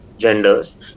genders